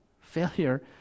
failure